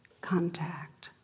contact